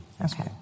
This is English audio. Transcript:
Okay